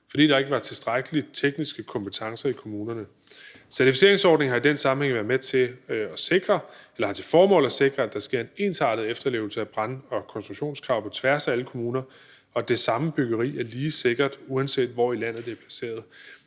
fordi der ikke var tilstrækkelige tekniske kompetencer i kommunerne. Certificeringsordningen har i den sammenhæng til formål at sikre, at der sker en ensartet efterlevelse af brand- og konstruktionskrav på tværs af alle kommuner, og at det samme byggeri er lige sikkert, uanset hvor i landet det er placeret.